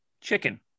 chicken